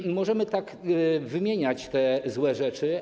I możemy tak wymieniać te złe rzeczy.